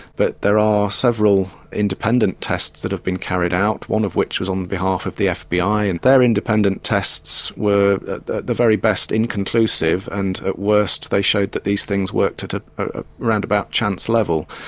but there are several independent tests that have been carried out, one of which was on behalf of the fbi, and their independent tests were at the very best inconclusive and at worst they showed that these things worked at a round about chance level.